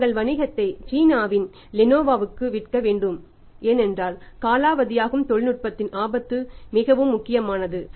அவர்கள் தங்கள் வணிகத்தை சீனாவின் லெனோவாவுக்கு விற்க வேண்டும் ஏனென்றால் காலாவதியாகும் தொழில்நுட்பத்தின் ஆபத்து மிகவும் முக்கியமானது